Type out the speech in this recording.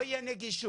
לא תהיה נגישות".